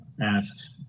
asked